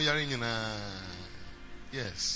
Yes